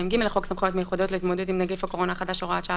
"הכרזת סמכויות מיוחדות להתמודדות עם נגיף הקורונה החדש (הוראת שעה)